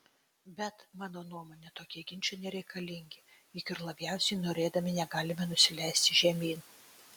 bet mano nuomone tokie ginčai nereikalingi juk ir labiausiai norėdami negalime nusileisti žemyn